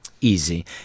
Easy